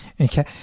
Okay